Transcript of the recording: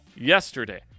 yesterday